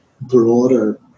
broader